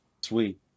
Sweet